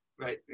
right